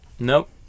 Nope